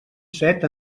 set